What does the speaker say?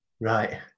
Right